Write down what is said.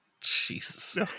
Jesus